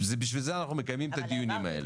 בשביל זה אנחנו מקיימים את הדיונים האלה.